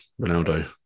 Ronaldo